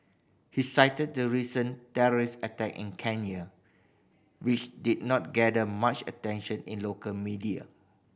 he cited the recent terrorist attack in Kenya which did not garner much attention in local media